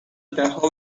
دهها